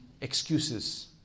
excuses